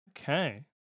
Okay